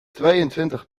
tweeëntwintig